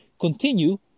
continue